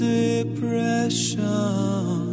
depression